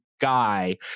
guy